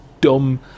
dumb